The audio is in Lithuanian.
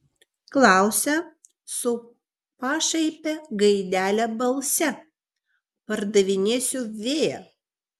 klausia su pašaipia gaidele balse pardavinėsiu vėją